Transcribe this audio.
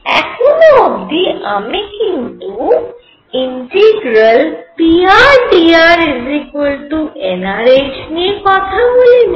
এখনো অবধি আমি কিন্তু pr dr nr h নিয়ে কথা বলিনি